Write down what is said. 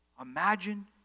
Imagine